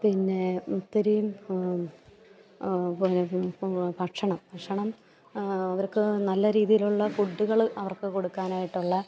പിന്നെ ഒത്തിരിയും ഭക്ഷണം ഭക്ഷണം അവർക്കു നല്ല രീതിയിലുള്ള ഫുഡുകൾ അവർക്കു കൊടുക്കാനായിട്ട് ഉള്ള